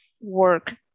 work